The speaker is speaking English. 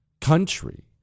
country